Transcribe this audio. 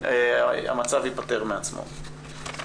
המצב ייפתר מעצמו.